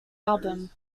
album